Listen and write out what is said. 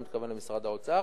אני מתכוון למשרד האוצר,